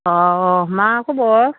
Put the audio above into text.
औ मा खबर